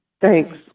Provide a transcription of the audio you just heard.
Thanks